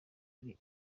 uri